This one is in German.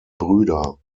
brüder